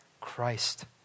Christ